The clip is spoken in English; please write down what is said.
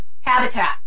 habitat